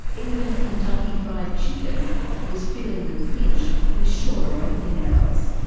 even kentucky fried chicken was feeling the pinch, with shorter opening hours.